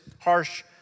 harsh